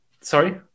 sorry